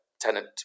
tenant